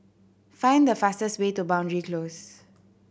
find the fastest way to Boundary Close